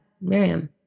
Miriam